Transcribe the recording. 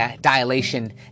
dilation